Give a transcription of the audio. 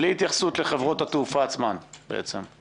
בלי התייחסות לחברות התעופה עצמן, בעצם?